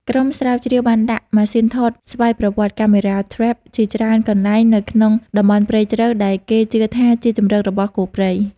ក្រុមស្រាវជ្រាវបានដាក់ ម៉ាស៊ីនថតស្វ័យប្រវត្តិ (camera trap) ជាច្រើនកន្លែងនៅក្នុងតំបន់ព្រៃជ្រៅដែលគេជឿថាជាជម្រករបស់គោព្រៃ។